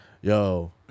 Yo